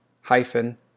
hyphen